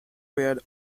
reared